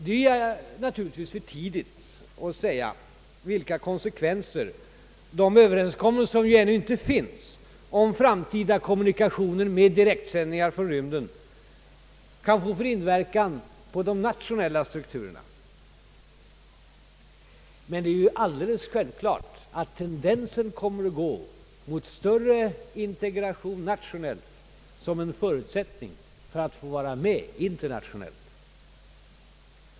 Det är naturligtvis för tidigt att säga vilka konsekvenser de överenskommelser, som ännu inte finns om framtida kommunikationer med direktsändningar från rymden, kan få för inverkan på de nationella strukturerna. Det är dock alldeles självklart att tendensen kommer att gå mot en större integration nationellt som en förutsättning för att delta internationellt.